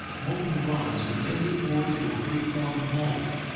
molten bronze could then be poured into a preformed mold,